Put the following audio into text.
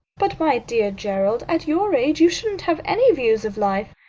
but, my dear gerald, at your age you shouldn't have any views of life.